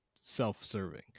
self-serving